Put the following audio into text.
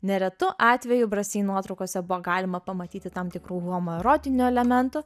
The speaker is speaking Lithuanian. neretu atveju brasiji nuotraukose buvo galima pamatyti tam tikrų homo erotinių elementų